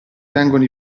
tengono